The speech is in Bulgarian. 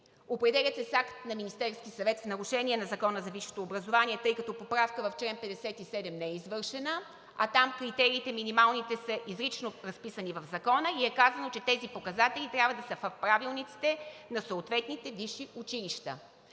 определят се с акт на Министерския съвет в нарушение на Закона за висшето образование, тъй като поправка в чл. 57 не е извършена, а там минималните критерии изрично са разписани в Закона и е казано, че тези показатели трябва да са в правилниците на съответните висши училища.